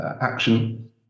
action